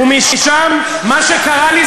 ומשם, מה קרה לך?